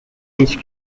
each